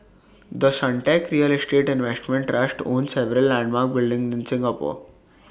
the Suntec real estate investment trust owns several landmark buildings in Singapore